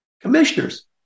Commissioners